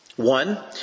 One